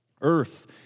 Earth